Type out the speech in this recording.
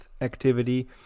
activity